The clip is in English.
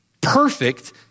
perfect